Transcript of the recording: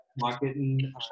marketing